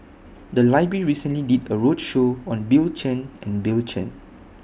The Library recently did A roadshow on Bill Chen and Bill Chen